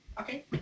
Okay